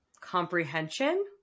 comprehension